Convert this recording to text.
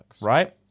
right